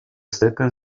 second